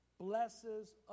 blesses